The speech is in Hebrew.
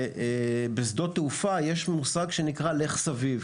בשדות תעופה יש מושג שנקרא לך סביב.